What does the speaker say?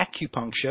acupuncture